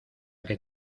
que